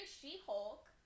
She-Hulk